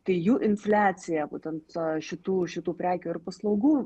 tai jų infliacija būtent šitų šitų prekių ir paslaugų